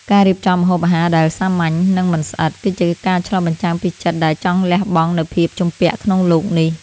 ការរៀបចំម្ហូបអាហារដែលសាមញ្ញ និងមិនស្អិត គឺជាការឆ្លុះបញ្ចាំងពីចិត្តដែលចង់លះបង់នូវភាពជំពាក់ក្នុងលោកនេះ។